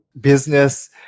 business